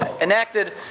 enacted